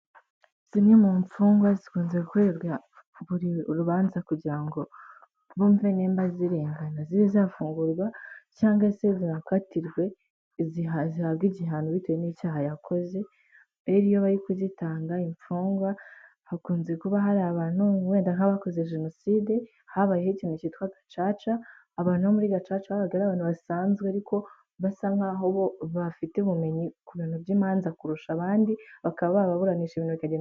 Zimwe mu mfungwa zikunze gukorerwa buri urubanza kugira ngo bumve nimba zirengana zibe zafungurwa cyangwa se zinakatirwe zihabwe igihano bitewe n'icyaha yakoze, rero iyo bari kujyitanga imfungwa hakunze kuba hari abantu wenda nk'abakoze jenoside habayeho ikintu cyitwa gacaca abantu bo muri gacaca babaga ari abantu basanzwe ariko basa nkaho bo bafite ubumenyi ku bintu by'imanza kurusha abandi bakaba bababuranisha ibintu kagenda.